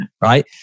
right